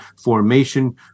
formation